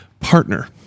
partner